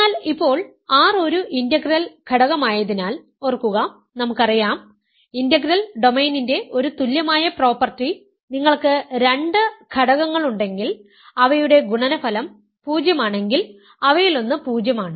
എന്നാൽ ഇപ്പോൾ R ഒരു ഇന്റഗ്രൽ ഘടകമായതിനാൽ ഓർക്കുക നമുക്കറിയാം ഇന്റഗ്രൽ ഡൊമെയ്നിന്റെ ഒരു തുല്യമായ പ്രോപ്പർട്ടി നിങ്ങൾക്ക് 2 ഘടകങ്ങൾ ഉണ്ടെങ്കിൽ അവയുടെ ഗുണനഫലം 0 ആണെങ്കിൽ അവയിലൊന്ന് 0 ആണ്